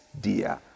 dear